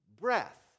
breath